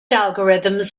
algorithms